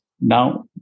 Now